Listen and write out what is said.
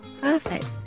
Perfect